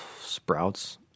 sprouts